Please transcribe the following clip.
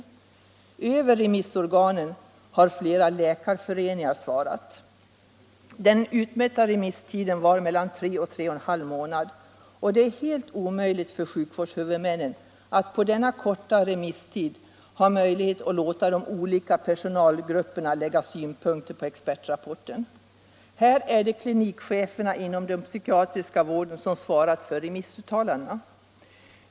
Utöver remissorganen har flera läkarföreningar svarat. Den utmätta remisstiden var mellan tre och tre och en halv månader, och det är helt omöjligt för sjukvårdshuvudmännen att under denna korta remisstid hinna låta de olika personalgrupperna lägga synpunkter på expertrapporten. Här har klinikchefer inom den psykiatriska vården svarat för remissuttalandena.